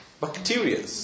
bacteria